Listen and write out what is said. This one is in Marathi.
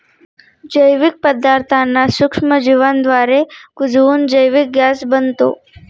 जैविक पदार्थांना सूक्ष्मजीवांद्वारे कुजवून जैविक गॅस बनतो